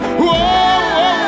Whoa